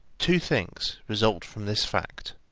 two things result from this fact.